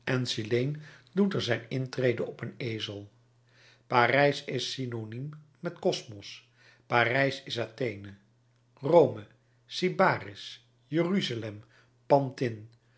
doet er zijn intrede op een ezel parijs is synoniem met cosmos parijs is athene rome sybaris jeruzalem pantin